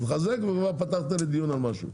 אתה מחזק וכבר פתחת לי דיון על משהו.